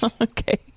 Okay